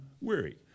weary